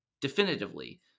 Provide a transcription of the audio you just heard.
definitively